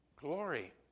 Glory